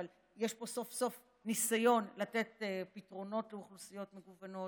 אבל יש פה סוף-סוף ניסיון לתת פתרונות לאוכלוסיות מגוונות.